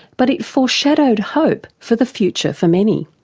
but it foreshadowed hope for the future for many.